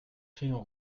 crayon